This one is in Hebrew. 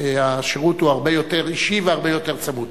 והשירות הרבה יותר אישי והרבה יותר צמוד.